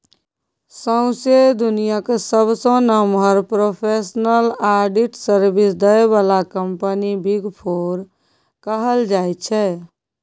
सौंसे दुनियाँक सबसँ नमहर प्रोफेसनल आडिट सर्विस दय बला कंपनी बिग फोर कहल जाइ छै